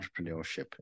entrepreneurship